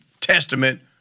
Testament